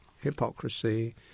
hypocrisy